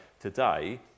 today